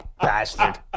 bastard